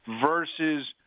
versus